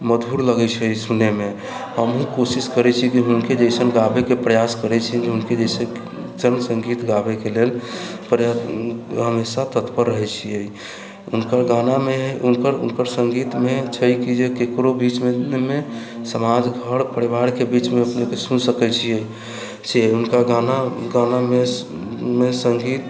मधुर लगै छै सुनैमे हमहुँ कोशिश करै छी जे हुनके जैसन गाबैके प्रयास करै छी जे हुनके जइसे संगीत गाबैके लेल प्रयत्न हमेशा तत्पर रहै छियै हुनकर गानामे हुनकर हुनकर संगीतमे छै कि जे ककरो बीचमे समाज घर परिवारके बीचमे अपनेके सुनि सकै छियै हुनकर गानामे संगीत